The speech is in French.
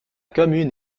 commune